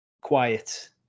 quiet